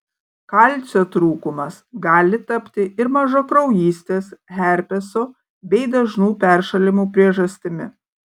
kalcio trūkumas gali tapti ir mažakraujystės herpeso bei dažnų peršalimų priežastimi